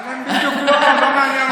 אבל הם, העברי לא בדיוק מעניין אותם.